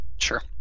sure